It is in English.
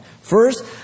First